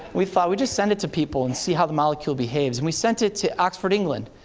we thought we'd just send it to people and see how the molecule behaves. we sent it to oxford, england,